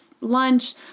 lunch